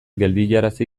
geldiarazi